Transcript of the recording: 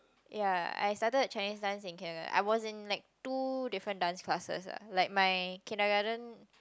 ya I started Chinese dance in kindergarten I was in like two different dance classes ah like my kindergarten